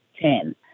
ten